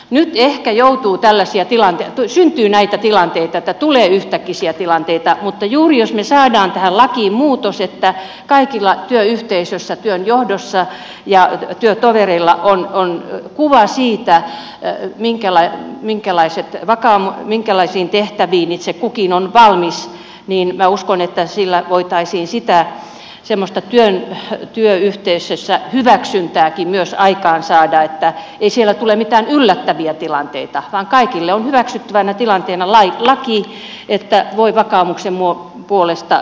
nyt ehkä syntyy näitä yhtäkkisiä tilanteita mutta juuri jos me saamme tähän lakiin muutoksen että kaikilla työyhteisössä työnjohdossa ja työtovereilla on kuva siitä minkälaisiin tehtäviin itse kukin on valmis niin minä uskon että sillä voitaisiin semmoista työyhteisössä hyväksyntääkin myös aikaansaada että ei siellä tule mitään yllättäviä tilanteita vaan kaikille on hyväksyttävänä tilanteena laki että voi vakaumuksen puolesta